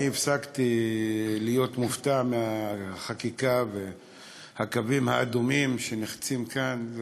הפסקתי להיות מופתע מהחקיקה ומהקווים האדומים שנחצים כאן,